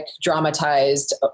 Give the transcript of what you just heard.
dramatized